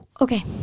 Okay